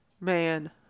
Man